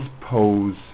pose